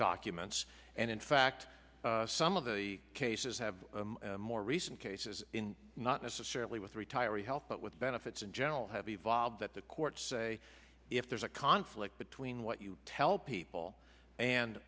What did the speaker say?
documents and in fact some of the cases have more recent cases in not necessarily with retiree health but with benefits in general have evolved that the courts say if there's a conflict between what you tell people and